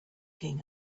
king